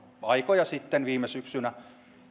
aikoja sitten viime syksynä